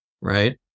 right